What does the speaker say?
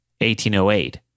1808